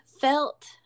felt